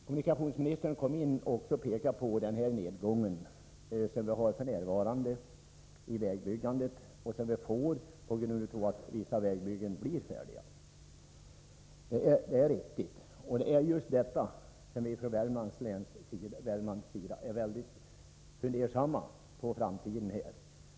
Kommunikationsministern pekade på att vi nu får en nedgång i vägbyggandet på grund av att vissa pågående vägbyggen blir färdiga. Det är riktigt. Det är just detta som gör att vi i Värmland är mycket fundersamma inför framtiden.